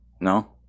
No